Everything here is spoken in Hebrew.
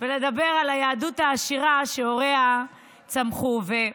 ולדבר על היהדות העשירה שהוריה צמחו בה.